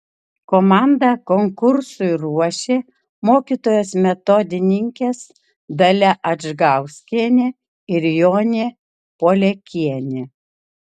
komandą konkursui ruošė mokytojos metodininkės dalia adžgauskienė ir jonė poliakienė